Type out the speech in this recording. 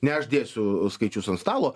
ne aš dėsiu skaičius ant stalo